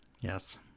Yes